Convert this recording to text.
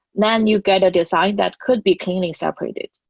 then you get a design that could be cleanly separated.